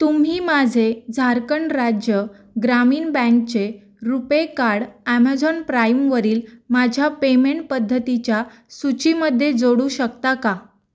तुम्ही माझे झारखंड राज्य ग्रामीण बँकचे रुपे कार्ड ॲमेझॉन प्राईमवरील माझ्या पेमेंट पद्धतीच्या सूचीमध्ये जोडू शकता का